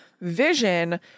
vision